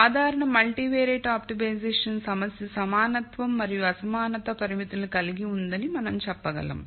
సాధారణ multivariate optimization సమస్య సమానత్వం మరియు అసమానత పరిమితులను కలిగి ఉందని మనం చెప్పగలం